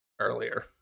earlier